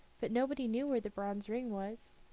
but nobody knew where the bronze ring was.